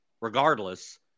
regardless